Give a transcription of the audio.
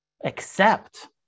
accept